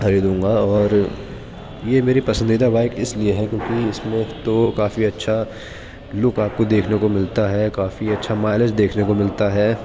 خریدوں گا اور یہ میری پسندیدہ بائیک اس لیے ہے کیوںکہ اس میں تو کافی اچھا لک آپ کو دیکھنے کو ملتا ہے کافی اچھا مائلج دیکھنے کو ملتا ہے